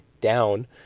down